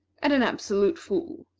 and an absolute fool.